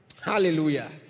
Hallelujah